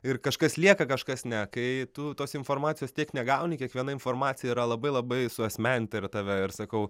ir kažkas lieka kažkas ne kai tu tos informacijos tiek negauni kiekviena informacija yra labai labai suasmeninta ir tave ir sakau